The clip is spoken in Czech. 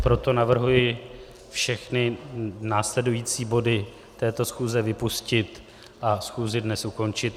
Proto navrhuji všechny následující body této schůze vypustit a schůzi dnes ukončit.